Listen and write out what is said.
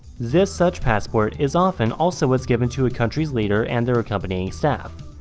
this such passport is often also what's given to a country's leader and their accompanying staff.